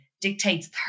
dictates